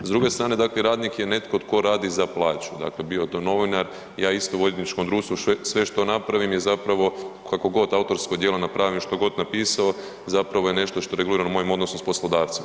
S druge strane radnik je netko tko radi za plaću, dakle bio to novinar, ja isto u odvjetničkom društvu sve što napravim je kako god autorsko djelo napravim što god napisao zapravo je nešto što je regulirano mojim odnosom s poslodavcem.